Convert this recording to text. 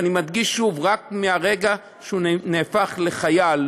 ואני מדגיש שוב: רק מרגע שהוא נהפך לחייל,